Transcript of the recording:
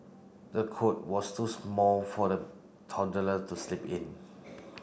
the cot was too small for the toddler to sleep in